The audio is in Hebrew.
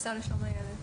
מהמועצה לשלום הילד.